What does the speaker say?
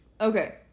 Okay